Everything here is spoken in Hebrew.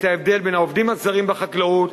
את ההבדל בין העובדים הזרים בחקלאות,